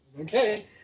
Okay